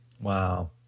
Wow